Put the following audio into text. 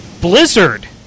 Blizzard